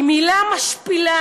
היא מילה משפילה,